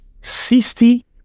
sixty